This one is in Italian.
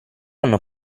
hanno